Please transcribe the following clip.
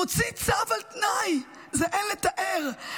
מוציא צו על תנאי, אין לתאר.